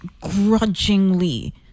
grudgingly